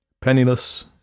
Penniless